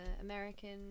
American